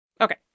Okay